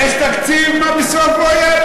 יש תקציב, מה בסופו?